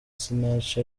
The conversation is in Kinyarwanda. sinach